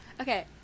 Okay